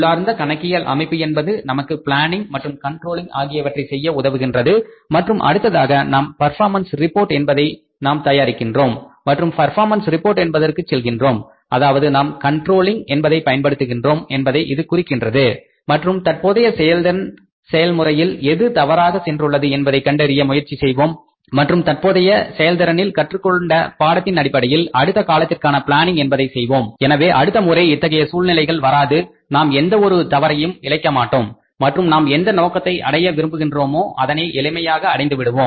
உள்ளார்ந்த கணக்கியல் அமைப்பு என்பது நமக்கு பிளானிங் மற்றும் கண்ட்ரோலிங் ஆகியவற்றை செய்ய உதவுகின்றது மற்றும் அடுத்ததாக நாம் பர்பாமன்ஸ் ரிப்போர்ட் என்பதை நாம் தயாரிக்கிறோம் மற்றும் பர்பாமன்ஸ் ரிப்போர்ட் என்பதற்கு செல்கின்றோம் அதாவது நாம் கண்ட்ரோலிங் என்பதை பயன்படுத்துகிறோம் என்பதை இது குறிக்கின்றது மற்றும் தற்போதைய செயல்திறன் செயல்முறையில் எது தவறாக சென்றுள்ளது என்பதை கண்டறிய முயற்சி செய்வோம் மற்றும் தற்போதைய செயல்திறனில் கற்றுக்கொண்ட பாடத்தின் அடிப்படையில் அடுத்த காலத்திற்கான பிளானிங் என்பதை செய்வோம் எனவே அடுத்த முறை இத்தகைய சூழ்நிலைகள் வராது நாம் எந்த ஒரு தவறையும் இழைக்க மாட்டோம் மற்றும் நாம் எந்த நோக்கத்தை அடைய விரும்புகிறோமோ அதனை எளிமையாக அடைந்து விடுவோம்